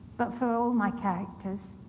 but for all my characters.